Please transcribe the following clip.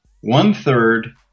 One-third